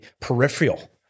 peripheral